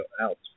out